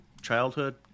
childhood